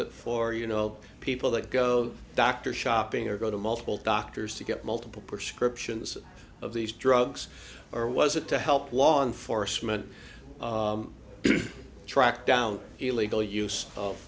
it for you know people that go doctor shopping or go to multiple doctors to get multiple prescriptions of these drugs or was it to help law enforcement track down illegal use of